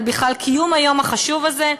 על קיום היום החשוב הזה.